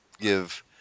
give